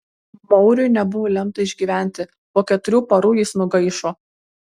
mauriui nebuvo lemta išgyventi po keturių parų jis nugaišo